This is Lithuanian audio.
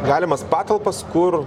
galimas patalpas kur